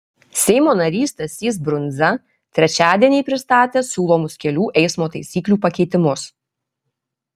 seimo narys stasys brundza trečiadienį pristatė siūlomus kelių eismo taisyklių pakeitimus